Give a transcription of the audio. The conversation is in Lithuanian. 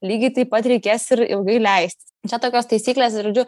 lygiai taip pat reikės ir ilgai leistis čia tokios taisyklės žodžiu